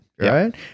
right